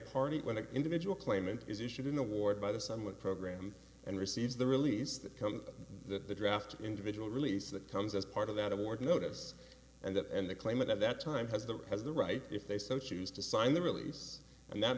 party when an individual claimant is issued an award by the somewhat program and receives the release that the draft individual release that comes as part of that award notice and that and the claimant at that time has them has the right if they so choose to sign the release and that